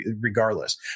regardless